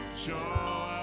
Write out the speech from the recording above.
Show